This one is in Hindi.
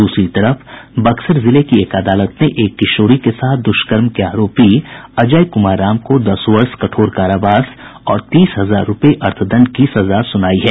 दूसरी तरफ बक्सर जिले की एक अदालत ने एक किशोरी के साथ दुष्कर्म के आरोपी अजय कुमार राम को दस वर्ष कठोर कारावास और तीस हजार रूपये अर्थदंड की सजा सुनायी है